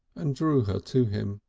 and drew her to him.